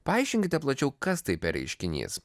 paaiškinkite plačiau kas tai per reiškinys